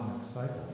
cycle